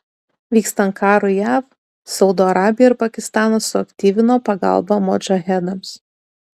vykstant karui jav saudo arabija ir pakistanas suaktyvino pagalbą modžahedams